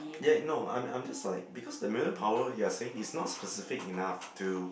ya no I'm I'm just like because the mutant power you are saying is not specific enough to